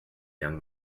young